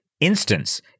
instance